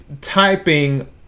typing